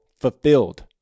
fulfilled